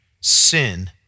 sin